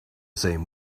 same